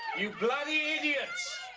you bloody idiots.